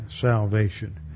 salvation